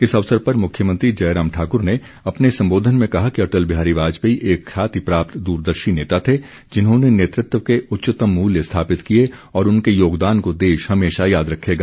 इस अवसर पर मुख्यमंत्री जयराम ठाकुर ने अपने संबोधन में कहा कि अटल बिहारी वाजपेयी एक ख्याति प्राप्त दूरदर्शी नेता थे जिन्होंने नेतृत्व के उच्चतम मूल्य स्थापित किए और उनके योगदान को देश हमेशा याद रखेगा